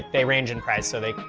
they range in price so they,